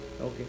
okay